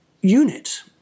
unit